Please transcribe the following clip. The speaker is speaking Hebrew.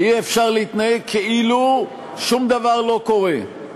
אי-אפשר להתנהג כאילו שום דבר לא קורה.